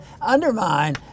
undermine